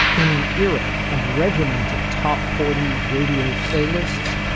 in an era of regimented top forty radio playlists,